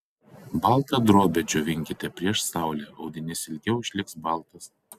baltą drobę džiovinkite prieš saulę audinys ilgiau išliks baltas